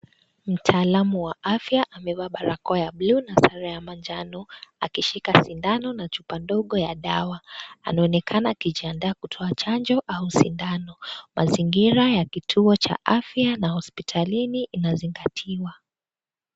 Mtaalamu wa afya amevaa barakoa ya blue na nguo ya manjano akishika sindano na chupa ndogo ya dawa, anaonekana akijiandaa kutoa chanjo au sindano. Mazingira ya kituo cha afya na hospitalini inazingatiwa.